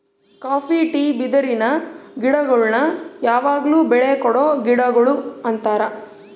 copy tea ಬಿದಿರಿನ ಗಿಡಗುಳ್ನ ಯಾವಗ್ಲು ಬೆಳೆ ಕೊಡೊ ಗಿಡಗುಳು ಅಂತಾರ